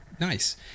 Nice